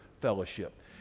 fellowship